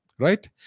Right